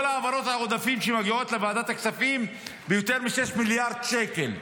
כל העברות העודפים שמגיעות לוועדת הכספים ביותר מ-6 מיליארד שקל.